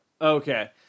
okay